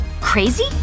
Crazy